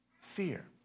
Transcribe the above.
fear